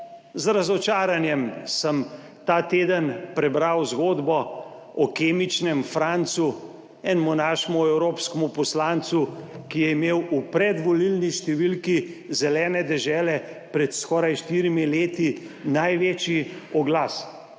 Z razočaranjem sem ta teden prebral zgodbo o kemičnem Francu, enem našem evropskem poslancu, ki je imel v predvolilni številki Zelene dežele pred skoraj štirimi leti največji oglas.